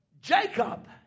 Jacob